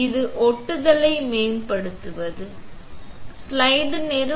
இது ஒட்டுதலை மேம்படுத்துவது சரி